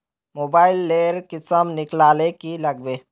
Mobile लेर किसम निकलाले की लागबे?